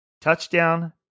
Touchdown